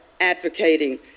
advocating